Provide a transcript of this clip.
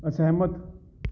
ਅਸਹਿਮਤ